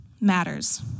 matters